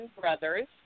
Brothers